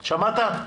שמעת?